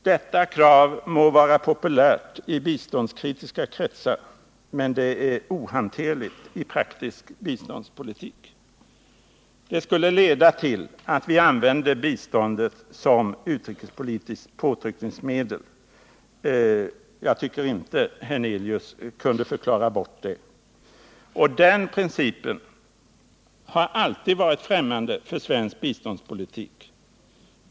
Detta krav må vara populärt i biståndskritiska kretsar, men det är ohanterligt i praktisk biståndspolitik. Det skulle leda till att vi använde biståndet som utrikespolitiskt påtryckningsmedel. Jag tycker inte att Allan Hernelius kunde förklara bort det. Den principen har alltid varit främmande för svensk biståndspolitik.